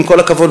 עם כל הכבוד,